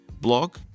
blog